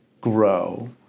grow